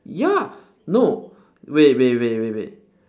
ya no wait wait wait wait wait